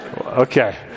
Okay